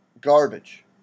garbage